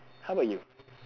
how about you